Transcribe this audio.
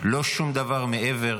לא שום דבר מעבר.